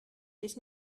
dich